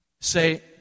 say